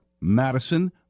Madison